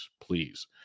please